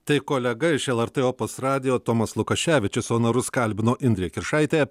tai kolega iš lrt opus radijo tomas lukaševičius o narus kalbino indrė kiršaitė